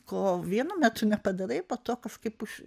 ko vienu metu nepadarai po to kažkaip už